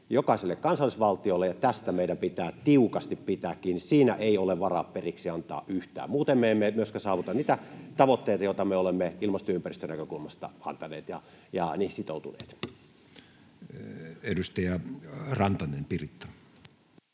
jokaiselle kansallisvaltiolle, ja tästä meidän pitää tiukasti pitää kiinni. [Oikealta: Juuri näin!] Siinä ei ole varaa periksi antaa yhtään. Muuten me emme myöskään saavuta niitä tavoitteita, joita me olemme ilmasto- ja ympäristönäkökulmasta antaneet ja joihin olemme sitoutuneet. Edustaja Rantanen, Piritta.